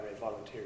volunteers